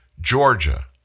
Georgia